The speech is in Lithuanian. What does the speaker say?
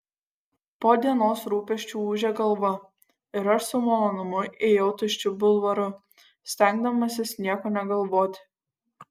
po dienos rūpesčių ūžė galva ir aš su malonumu ėjau tuščiu bulvaru stengdamasis nieko negalvoti